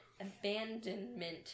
abandonment